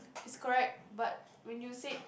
is correct but when you said